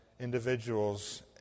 individuals